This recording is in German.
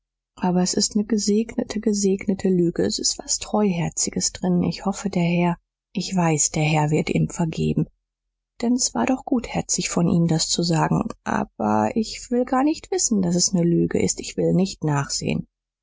aber s ist ne gesegnete gesegnete lüge s ist was treuherziges drin ich hoffe der herr ich weiß der herr wird ihm vergeben denn s war doch gutherzig von ihm das zu sagen aber ich will gar nicht wissen daß es ne lüge ist ich will nicht nachsehn